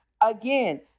Again